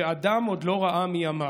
שאדם עוד לא ראה מימיו".